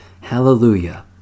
Hallelujah